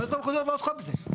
הוועדות המחוזיות לא עוסקות בזה.